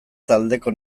taldeko